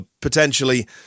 potentially